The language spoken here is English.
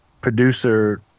producer